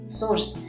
source